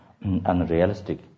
unrealistic